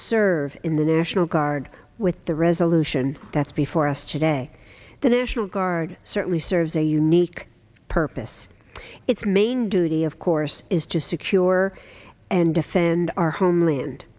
serve in the national guard with the resolution that's before us today the national guard certainly serves a unique purpose its main duty of course is to secure and defend our homeland